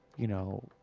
you know.